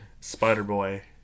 Spider-Boy